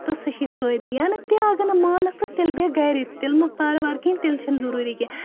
تہٕ سُہ چھی فٲیِدٕ تہِ اگر نہٕ مانَکھ تہٕ تیٚلہِ بیٚہہ گَرِ تیٚلہِ مہٕ پَر وَر کِہِیٖنۍ تیٚلہِ چھَنہٕ ضروٗری کینٛہہ